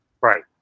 Right